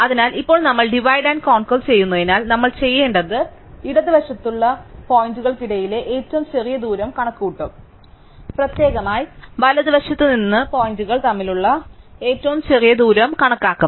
അതിനാൽ ഇപ്പോൾ നമ്മൾ ഡിവൈഡ് ആൻഡ് കോൻക്യുർ ചെയ്യുന്നതിനാൽ നമ്മൾ ചെയ്യേണ്ടത് ഇടതുവശത്തുള്ള പോയിന്റുകൾക്കിടയിലെ ഏറ്റവും ചെറിയ ദൂരം ഞങ്ങൾ കണക്കുകൂട്ടും പ്രത്യേകമായി വലതുവശത്ത് നിന്ന് ഏറ്റവും ചെറിയ ദൂരം ഞങ്ങൾ കണക്കാക്കും